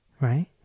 right